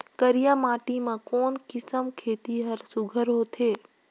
करिया माटी मा कोन किसम खेती हर सुघ्घर होथे?